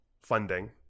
funding